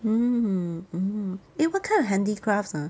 mm eh what type of handicrafts !huh!